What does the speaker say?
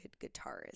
guitarist